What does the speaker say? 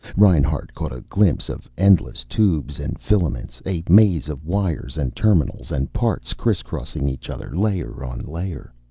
reinhart caught a glimpse of endless tubes and filaments, a maze of wires and terminals and parts criss-crossing each other, layer on layer.